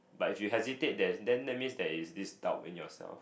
but if you hesitate then then that means there is this doubt in yourself